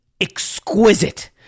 exquisite